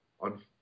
on